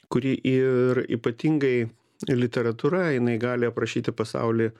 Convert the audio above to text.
kuri ir ypatingai ir literatūra jinai gali aprašyti pasaulį